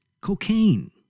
cocaine